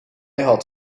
had